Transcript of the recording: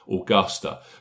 Augusta